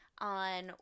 on